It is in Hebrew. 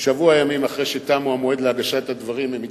שבוע ימים אחרי שתם המועד להגשת הדברים הכתובים הם מתכנסים,